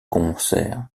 concert